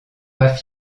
pas